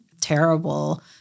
terrible